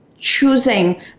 choosing